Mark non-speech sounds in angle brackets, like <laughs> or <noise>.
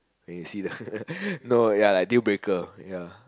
when you see the <laughs> no ya like dealbreaker ya